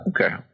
Okay